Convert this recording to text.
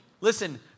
listen